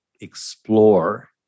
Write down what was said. explore